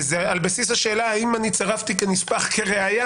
וזה על בסיס השאלה האם אני צירפתי כנספח כראיה